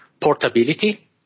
portability